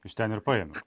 iš ten ir paėmiaus